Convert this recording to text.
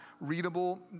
readable